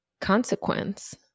consequence